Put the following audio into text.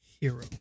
Hero